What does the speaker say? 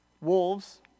Wolves